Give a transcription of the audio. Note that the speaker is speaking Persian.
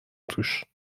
توش